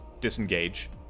disengage